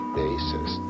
basis